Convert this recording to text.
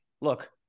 look